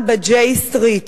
גם ב-J Street,